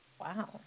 Wow